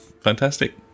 fantastic